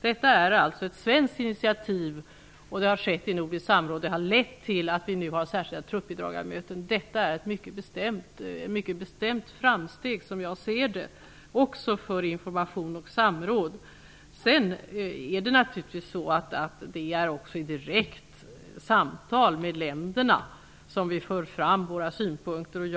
Detta är alltså ett svenskt initiativ som har tagits i nordiskt samråd. Truppbidragarmötena innebär ett mycket bestämt framsteg, som jag ser det, också för information och samråd. Naturligtvis för vi också fram våra synpunkter i direkta samtal med länderna.